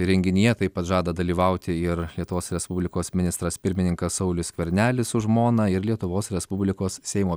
renginyje taip pat žada dalyvauti ir lietuvos respublikos ministras pirmininkas saulius skvernelis su žmona ir lietuvos respublikos seimo